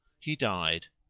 he died